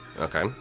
okay